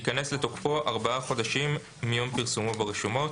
ייכנס לתוקפו ארבעה חודשים מיום פרסומו ברשומות."